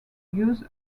use